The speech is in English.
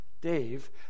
Dave